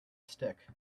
stick